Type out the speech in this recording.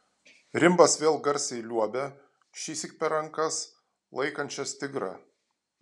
rimbas vėl garsiai liuobia šįsyk per rankas laikančias tigrą